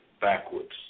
backwards